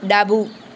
ડાબું